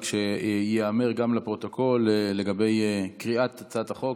רק שייאמר גם לפרוטוקול לגבי קריאת הצעת החוק,